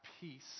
peace